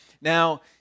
Now